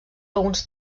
alguns